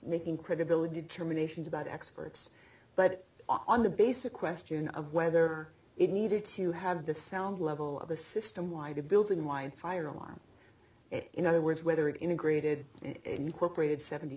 making credibility terminations about experts but on the basic question of whether it needed to have the sound level of a system why the built in mind fire alarm in other words whether integrated incorporated seventy